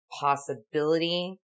possibility